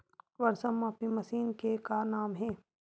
वर्षा मापी मशीन के का नाम हे?